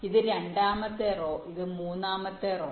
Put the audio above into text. ഇത് രണ്ടാമത്തെ റോ ഇത് മൂന്നാമത്തെ റോ